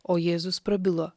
o jėzus prabilo